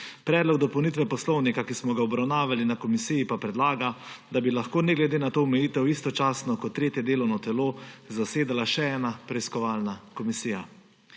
Predlog dopolnitve Poslovnika, ki smo ga obravnavali na Komisiji pa predlaga, da bi lahko, ne glede na to omejitev, istočasno kot tretje delovno telo zasedala še ena preiskovalna komisija.